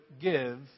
give